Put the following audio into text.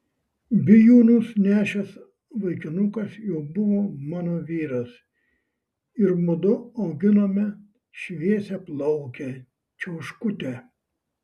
bijūnus nešęs vaikinukas jau buvo mano vyras ir mudu auginome šviesiaplaukę čiauškutę